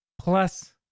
plus